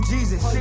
Jesus